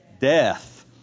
death